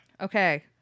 Okay